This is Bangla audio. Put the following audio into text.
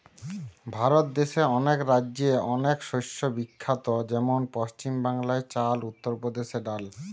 ভারত দেশে অনেক রাজ্যে অনেক শস্য বিখ্যাত যেমন পশ্চিম বাংলায় চাল, উত্তর প্রদেশে ডাল